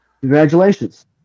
Congratulations